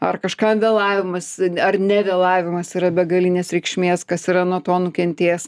ar kažkam vėlavimas ar nevėlavimas yra begalinės reikšmės kas yra nuo to nukentės